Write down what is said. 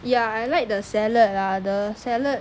ya I like the salad ah the salad